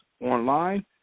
online